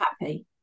happy